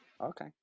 Okay